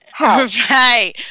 Right